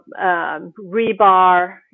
rebar